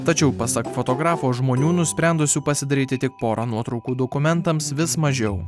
tačiau pasak fotografo žmonių nusprendusių pasidaryti tik porą nuotraukų dokumentams vis mažiau